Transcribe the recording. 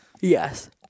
yes